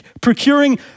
procuring